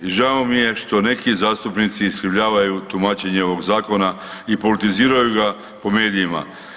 I žao mi je što neki zastupnici iskrivljavaju tumačenje ovog zakona i politiziraju ga po medijima.